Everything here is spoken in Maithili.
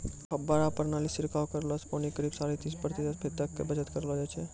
फव्वारा प्रणाली सॅ छिड़काव करला सॅ पानी के करीब साढ़े तीस प्रतिशत तक बचत करलो जाय ल सकै छो